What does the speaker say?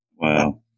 Wow